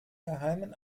geheimen